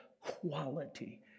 quality